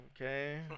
Okay